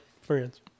friends